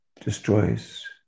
destroys